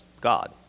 God